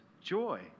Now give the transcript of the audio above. joy